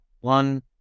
one